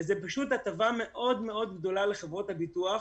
זו פשוט הטבה מאוד גדולה לחברות הביטוח.